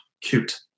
Cute